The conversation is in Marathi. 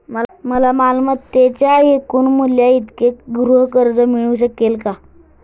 मला मालमत्तेच्या एकूण मूल्याइतके गृहकर्ज मिळू शकेल का?